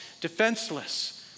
defenseless